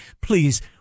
please